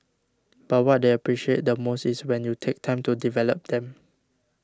but what they appreciate the most is when you take time to develop them